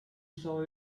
saw